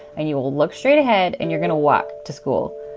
and you will look straight ahead, and you're going to walk to school.